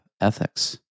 ethics